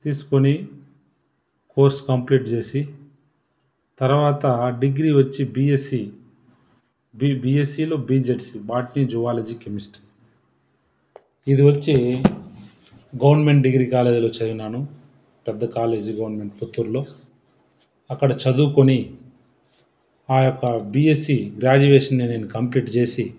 తీసుకొని course complete చేసి తర్వాత డిగ్రీ వచ్చి బిఎస్సి బీ బిఎస్సిలో బిజెడ్సి బాట్ని జువాలజీ కెమిస్ట్రీ ఇది వచ్చి గవర్నమెంట్ డిగ్రీ కాలేజీలో చదివినాను పెద్ద కాలేజీ గవర్నమెంట్ పుత్తూర్లో అక్కడ చదువుకొని ఆ యొక్క బిఎస్సి గ్రాడ్యుయేషన్ నేను కంప్లీట్ చేసి